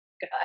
God